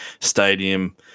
stadium